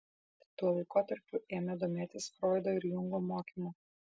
tuo laikotarpiu ėmė domėtis froido ir jungo mokymu